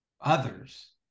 others